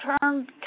turned